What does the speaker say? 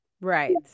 Right